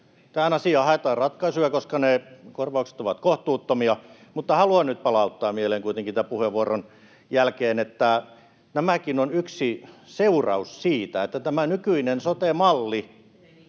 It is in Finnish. Tähän asiaan haetaan ratkaisuja, koska ne korvaukset ovat kohtuuttomia, mutta haluan nyt palauttaa mieleen kuitenkin tämän puheenvuoron jälkeen, että tämäkin on yksi seuraus siitä, että tämä nykyinen sote-malli